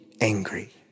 angry